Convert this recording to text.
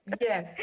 Yes